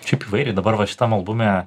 šiaip įvairiai dabar va šitam albume